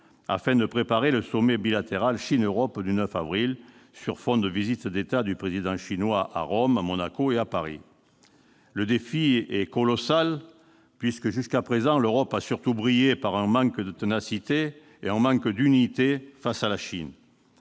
afin de préparer le sommet bilatéral Chine-Europe du 9 avril, sur fond de visite d'État du Président chinois à Rome, à Monaco et à Paris. Le défi est colossal, puisque jusqu'à présent l'Europe a surtout brillé par un manque de ténacité et un manque d'unité face à la Chine.